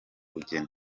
bugeni